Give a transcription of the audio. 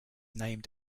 named